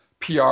pr